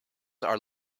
are